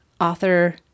author